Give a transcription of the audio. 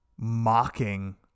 mocking